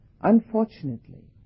unfortunately